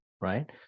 right